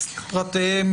פרטיהם